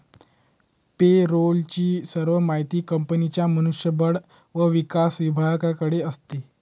पे role ची सर्व माहिती कंपनीच्या मनुष्य बळ व विकास विभागाकडे असते